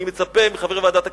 אני מצפה מחברי ועדת הכנסת,